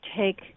take